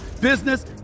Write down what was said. business